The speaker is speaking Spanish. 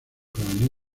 femenino